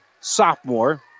sophomore